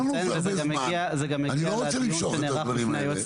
נתן, זה לא צריך למנוע מאיתנו ללכת גם ישירות